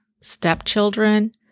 stepchildren